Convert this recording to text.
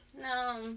No